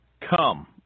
Come